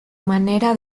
manera